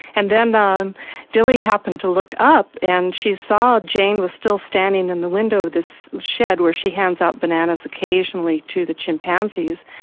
and then um dilly happened to look up and she saw jane was still standing in the window of this shed where she hands out bananas occasionally to the chimpanzees,